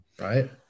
right